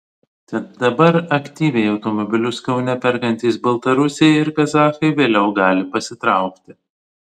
tad dabar aktyviai automobilius kaune perkantys baltarusiai ir kazachai vėliau gali pasitraukti